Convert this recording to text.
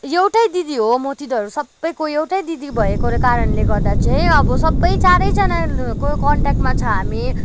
एउटै दिदी हो म तिनीहरू सबैको एउटै दिदी भएकोले कारणले गर्दा चाहिँ अब सबै चारैजना कन्ट्याक्टमा छ हामी